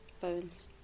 Bones